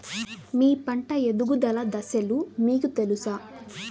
మీ పంట ఎదుగుదల దశలు మీకు తెలుసా?